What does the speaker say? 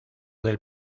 del